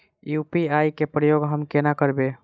UPI केँ प्रयोग हम कोना करबे?